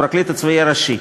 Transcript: הפרקליט הצבאי הראשי,